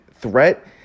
threat